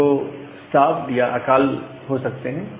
तब वो अकाल सकते हैं